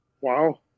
Wow